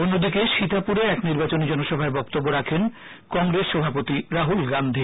অন্যদিকে সীতাপুরে এক নির্বাচনী জনসভায় বক্তব্য রাখেন কংগ্রেস সভাপতি রাহুল গান্ধী